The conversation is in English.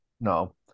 no